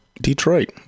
Detroit